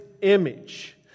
image